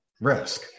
risk